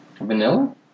Vanilla